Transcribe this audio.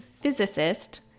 physicist